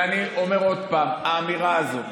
ואני אומר עוד פעם, האמירה הזאת